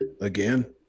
again